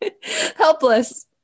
helpless